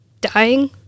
dying